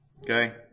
Okay